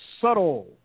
subtle